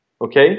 okay